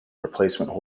replacement